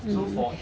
mm